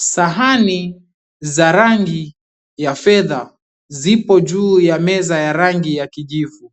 Sahani za rangi ya fedha zipo juu ya meza ya rangi ya kijivu